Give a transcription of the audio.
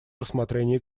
рассмотрении